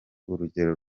urugero